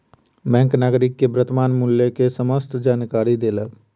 bank नागरिक के वर्त्तमान मूल्य के समस्त जानकारी देलक